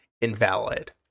invalid